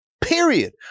Period